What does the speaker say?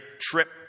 trip